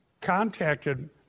contacted